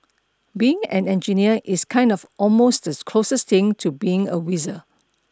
being an engineer is kinda almost the closest thing to being a wizard